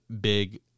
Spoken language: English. big